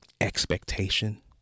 expectation